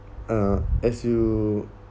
uh as you